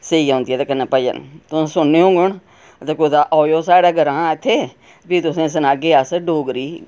स्हेई औंदिए कन्नै भजन तुस सुनने होङन ते कुतै आएओ साढ़े ग्रांऽ इत्थै फ्ही तुसेंगी सनाह्गे अस डोगरी